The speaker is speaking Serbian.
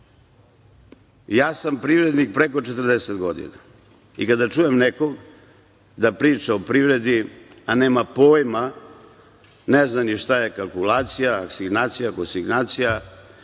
sam privrednik preko 40 godina i kada čujem nekog da priča o privredi, a nema pojma, ne zna ni šta je kalkulacija, kosignacija, nivelacija